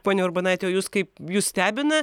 ponia urbonaite o jus kaip jus stebina